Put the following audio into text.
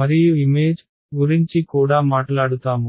మరియు ఇమేజ్ గురించి కూడా మాట్లాడుతాము